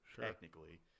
technically